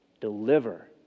deliver